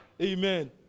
Amen